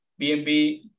BNB